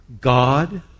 God